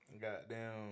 Goddamn